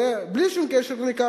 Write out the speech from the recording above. בלי שום קשר לכך,